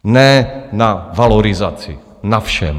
Ne na valorizaci, na všem.